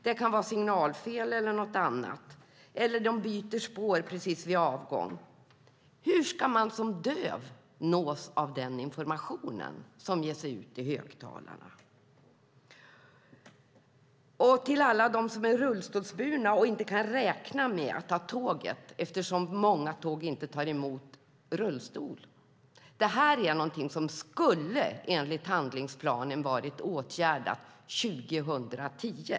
Det kan vara signalfel eller något annat. De kan byta spår precis vid avgång. Hur ska man som döv nås av den information som ges i högtalarna? Vi har också alla de som är rullstolsburna och inte kan räkna med att ta tåget eftersom många tåg inte tar emot rullstolar. Det är något som enligt handlingsplanen skulle ha varit åtgärdat 2010.